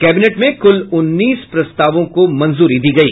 cabinet में कुल उन्नीस प्रस्तावों को मंजूरी दी गयी